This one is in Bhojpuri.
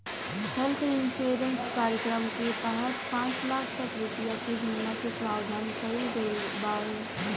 हेल्थ इंश्योरेंस कार्यक्रम के तहत पांच लाख तक रुपिया के बीमा के प्रावधान कईल गईल बावे